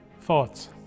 thoughts